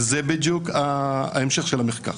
זה בדיוק המשך המחקר.